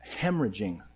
hemorrhaging